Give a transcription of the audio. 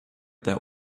that